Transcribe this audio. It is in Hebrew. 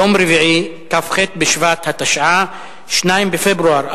יום רביעי, כ"ח בשבט התשע"א, 2 בפברואר 2011,